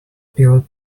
pill